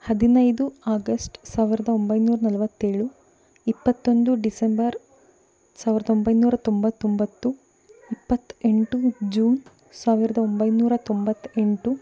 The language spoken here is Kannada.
ಹದಿನೈದು ಆಗಸ್ಟ್ ಸಾವಿರದ ಒಂಬೈನೂರ ನಲ್ವತ್ತೇಳು ಇಪ್ಪತ್ತೊಂದು ಡಿಸೆಂಬರ್ ಸಾವಿರದ ಒಂಬೈನೂರ ತೊಂಬತ್ತೊಂಬತ್ತು ಇಪ್ಪತ್ತ ಎಂಟು ಜೂನ್ ಸಾವಿರದ ಒಂಬೈನೂರ ತೊಂಬತ್ತ ಎಂಟು